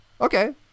okay